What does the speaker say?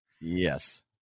yes